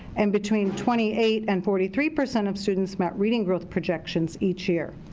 and between twenty eight and forty three percent of students met reading growth projections each year.